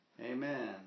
Amen